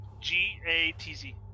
G-A-T-Z